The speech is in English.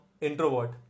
introvert